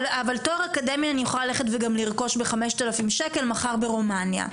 אבל תואר אקדמי אני יכולה ללכת וגם לרכוש בחמשת אלפים שקל מחר ברומניה,